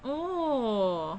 oo